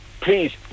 please